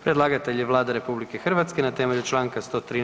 Predlagatelj je Vlada RH na temelju čl. 113.